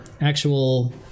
actual